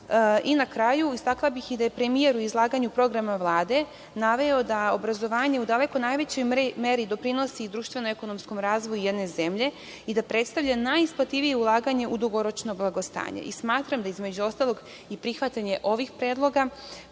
kraju, istakla bih i da je premijer u izlaganju programa Vlade naveo da obrazovanje u daleko najvećoj meri doprinosi i društveno ekonomskom razvoju jedne zemlje i da predstavlja najisplativije ulaganje u dugoročno blagostanje. Smatram da između ostalog i prihvatanje ovih predloga